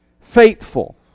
faithful